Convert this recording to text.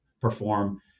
perform